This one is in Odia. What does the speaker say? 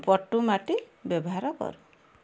ପଟୁମାଟି ବ୍ୟବହାର କରୁ